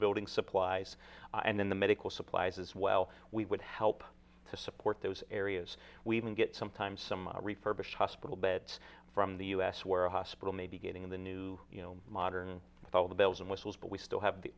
building supplies and then the medical supplies as well we would help to support those areas we can get sometimes some refurbished hospital beds from the us where a hospital may be getting the new modern with all the bells and whistles but we still have the